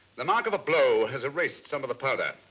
the mark of the blow has erased some of the powder.